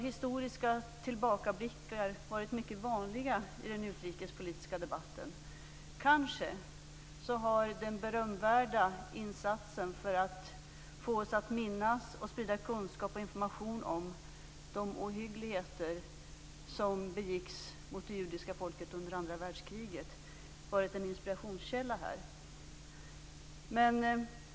Historiska tillbakablickar har varit mycket vanliga i den utrikespolitiska debatten i dag. Kanske har den berömvärda insatsen för att få oss att minnas och sprida kunskap och information om de ohyggligheter som begicks mot det judiska folket under andra världskriget varit en inspirationskälla.